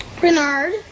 Bernard